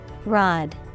Rod